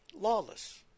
lawless